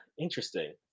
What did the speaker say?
interesting